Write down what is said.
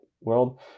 world